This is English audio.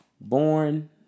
born